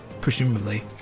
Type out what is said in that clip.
presumably